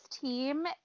team